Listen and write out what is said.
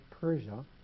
Persia